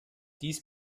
dies